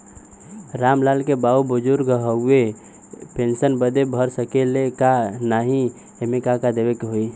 राम लाल के बाऊ बुजुर्ग ह ऊ पेंशन बदे भर सके ले की नाही एमे का का देवे के होई?